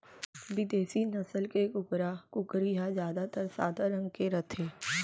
बिदेसी नसल के कुकरा, कुकरी ह जादातर सादा रंग के रथे